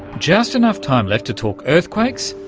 just enough time left to talk earthquakes,